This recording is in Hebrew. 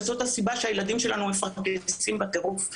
וזאת הסיבה לכך שהילדים שלנו מפרכסים בטירוף.